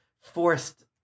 forced